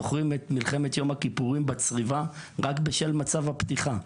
זוכרים את מלחמת יום הכיפורים בצריבה רק בשל מצב הפתיחה שלה.